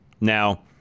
Now